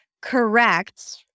correct